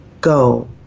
go